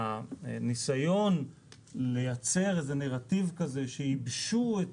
שהניסיון לייצר איזה נרטיב כזה שייבשו את